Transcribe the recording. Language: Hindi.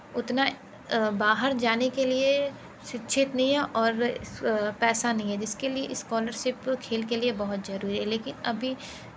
उतना बाहर जाने के लिए शिक्षित नहीं है और पैसा नहीं है जिस के लिए स्कॉलरसिप खेल के लिए बहुत ज़रूरी है लेकिन अभी